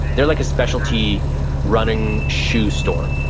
they're like a specialty running shoe store.